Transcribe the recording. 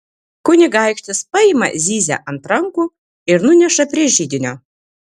kunigaikštis paima zyzią ant rankų ir nuneša prie židinio